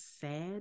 sad